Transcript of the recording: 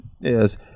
yes